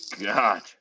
God